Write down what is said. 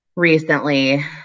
Recently